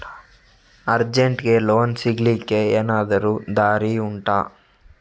ಅರ್ಜೆಂಟ್ಗೆ ಲೋನ್ ಸಿಗ್ಲಿಕ್ಕೆ ಎನಾದರೂ ದಾರಿ ಉಂಟಾ